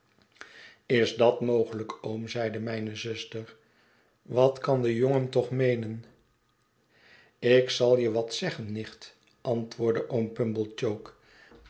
is dat mogelijk oom zeide mijne zuster wat kan de jongen toch meenen ik zal je wat zeggen nicht antwoordde oom pumblechook